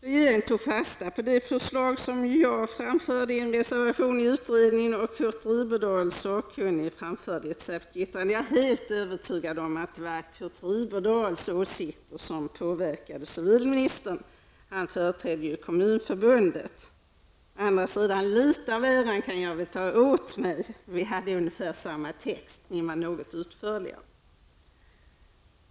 Regeringen tog fasta på det förslag som jag lade fram i en reservation i utredningen. Curt Riberdahl, som var sakkunnig, avgav ett särskilt yttrande. Jag är helt övertygad om att det var hans åsikt som påverkade civilministern, eftersom han ju företrädde Kommunförbundet. Litet av äran kan jag väl själv ta åt mig. Vi hade ungefär samma text. Möjligen var min något utförligare.